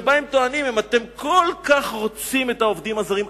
שבה הם טוענים: אם אתם כל כך רוצים את העובדים הזרים,